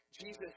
Jesus